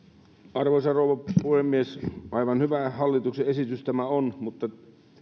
arvoisa rouva puhemies aivan hyvä hallituksen esitys tämä on mutta